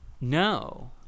no